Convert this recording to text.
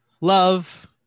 Love